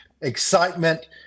excitement